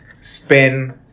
spin